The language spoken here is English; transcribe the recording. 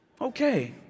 okay